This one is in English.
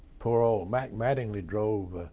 poor old matt mattingly drove